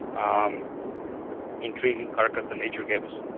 um intriguing carcass that nature gave us.